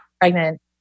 pregnant